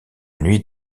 nuit